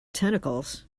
tentacles